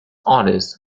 honors